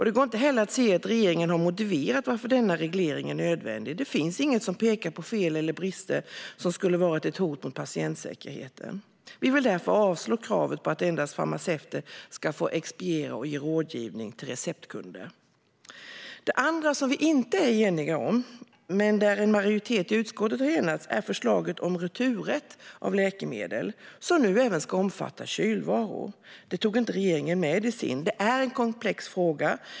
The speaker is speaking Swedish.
Det går inte heller att se att regeringen motiverat varför denna reglering är nödvändig. Det finns inget som pekar på fel eller brister som skulle ha varit ett hot mot patientsäkerheten. Vi vill därför avslå kravet på att endast farmaceuter ska få expediera och ge rådgivning till receptkunder. Det andra som vi inte är eniga med regeringen om - men en majoritet i utskottet har enats om det - är förslaget om att returrätt av läkemedel nu även ska omfatta kylvaror. Det tog inte regeringen med. Det är en komplex fråga.